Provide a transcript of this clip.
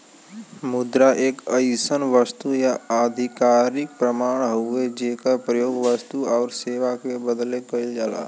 मुद्रा एक अइसन वस्तु या आधिकारिक प्रमाण हउवे जेकर प्रयोग वस्तु आउर सेवा क बदले कइल जाला